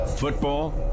Football